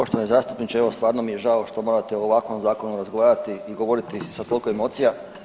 Poštovani zastupniče, evo stvarno mi je žao što morate o ovakvom zakonu razgovarati i govoriti sa toliko emocija.